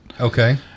Okay